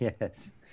yes